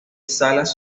salas